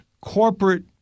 corporate